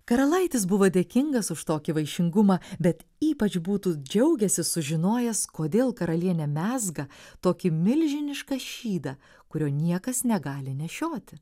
karalaitis buvo dėkingas už tokį vaišingumą bet ypač būtų džiaugęsis sužinojęs kodėl karalienė mezga tokį milžinišką šydą kurio niekas negali nešioti